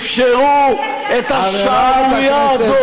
שאפשרו את השערורייה הזאת,